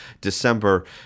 December